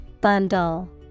Bundle